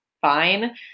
fine